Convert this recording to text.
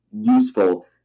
useful